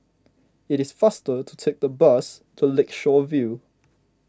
it is faster to take the bus to Lakeshore View